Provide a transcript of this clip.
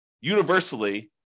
universally